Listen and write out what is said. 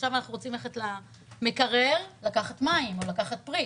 עכשיו אנחנו רוצים ללכת למקרר לקחת מים או לקחת פרי,